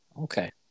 Okay